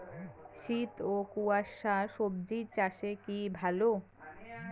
শীত ও কুয়াশা স্বজি চাষে কি ভালো?